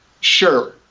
Sure